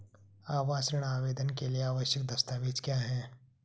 आवास ऋण आवेदन के लिए आवश्यक दस्तावेज़ क्या हैं?